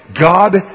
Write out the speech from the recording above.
God